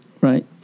right